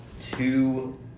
two